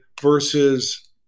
versus